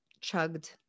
chugged